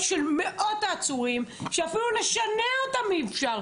של מאות עצורים שאפילו לשנע אותם אי אפשר,